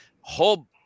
whole